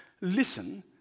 Listen